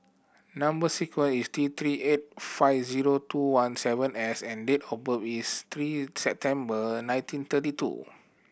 number sequence is T Three eight five zero two one seven S and date of birth is three September nineteen thirty two